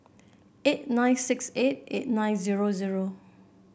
eight nine six eight eight nine zero zero